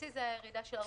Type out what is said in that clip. בשיא זה היה ירידה של 40%,